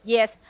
Yes